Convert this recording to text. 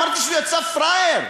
אמרתי שהוא יצא פראייר.